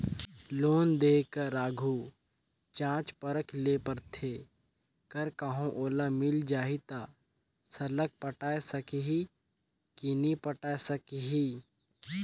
loan देय कर आघु जांचे परखे ले परथे कर कहों ओला मिल जाही ता सरलग पटाए सकही कि नी पटाए सकही